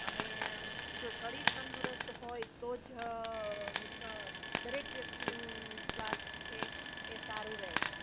અને જો શરીર તંદુરસ્ત હોય તો જ દરેક વ્યક્તિનું સ્વાસ્થ છે એ સારું રહે છે